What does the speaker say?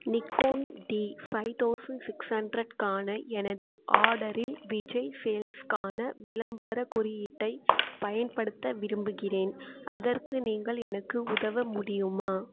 Nikon D five thousand six ஹண்ட்ரட்க்கான எனது ஆர்டரில் விஜய் சேல்ஸ்க்கான விளம்பரக் குறியீட்டைப் பயன்படுத்த விரும்புகிறேன் அதற்கு நீங்கள் எனக்கு உதவ முடியுமா